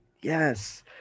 Yes